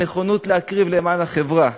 הנכונות להקריב למען החברה,